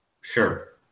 sure